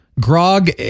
grog